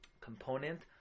component